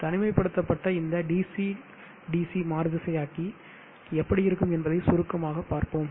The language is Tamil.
தனிமைப்படுத்தப்பட்ட இந்த DC DC மாறுதிசையாக்கி எப்படி இருக்கும் என்பதை சுருக்கமாக பார்ப்போம்